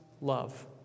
love